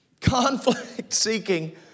Conflict-seeking